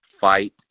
fight